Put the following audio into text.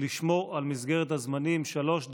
לשמור על מסגרת הזמנים, שלוש דקות.